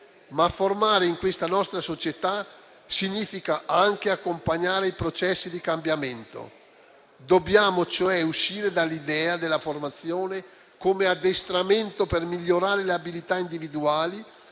ma formare in questa nostra società significa anche accompagnare i processi di cambiamento. Dobbiamo cioè uscire dall'idea della formazione come addestramento per migliorare le abilità individuali